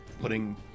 putting